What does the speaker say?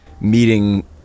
meeting